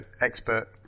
expert –